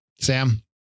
Sam